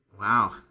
Wow